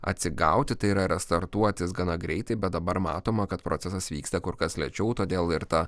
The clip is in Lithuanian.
atsigauti tai yra restartuotis gana greitai bet dabar matoma kad procesas vyksta kur kas lėčiau todėl ir ta